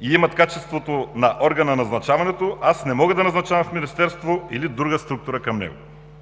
и имат качеството на орган на назначаването, аз не мога да назначавам в министерство или друга структура към него.